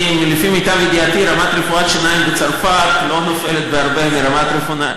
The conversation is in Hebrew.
לפי מיטב ידיעתי רמת רפואת השיניים בצרפת לא נופלת בהרבה מרמת רפואת